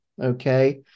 Okay